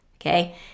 okay